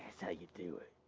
how you do it.